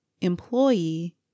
employee